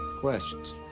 Questions